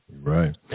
Right